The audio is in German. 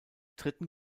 dritten